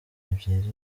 ebyiri